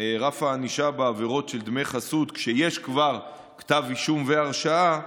רף הענישה בעבירות של דמי חסות כשכבר יש כתב אישום והרשעה,